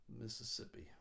Mississippi